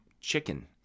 chicken